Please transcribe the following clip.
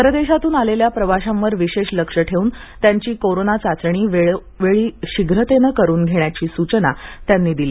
परदेशातून आलेल्या प्रवाशांवर विशेष लक्ष ठेवून त्यांची कोरोना चाचणी वेळोवेळी शीघ्रतेने करून घेण्याची सूचना त्यांनी दिली